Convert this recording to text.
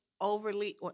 overly